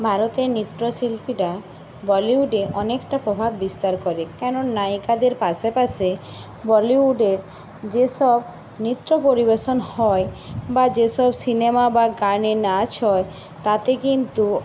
ভারতের নৃত্যশিল্পীরা বলিউডে অনেকটা প্রভাব বিস্তার করে কেন নায়িকাদের পাশেপাশে বলিউডের যেসব নৃত্য পরিবেশন হয় বা যেসব সিনেমা বা গানে নাচ হয় তাতে কিন্তু